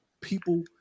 people